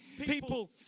people